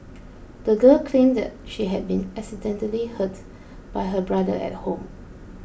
the girl claimed that she had been accidentally hurt by her brother at home